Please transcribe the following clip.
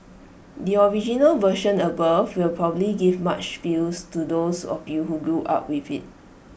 the original version above will probably give much feels to those of you who grew up with IT